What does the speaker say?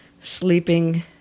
sleeping